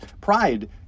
pride